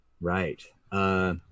Right